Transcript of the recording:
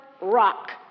rock